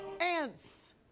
Ants